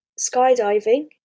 skydiving